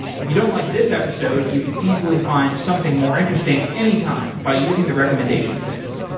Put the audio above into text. if you don't like this episode you can easily find something more interesting any time by using the recommendation system.